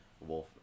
Wolf